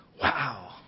wow